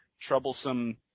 troublesome